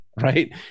right